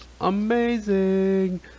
amazing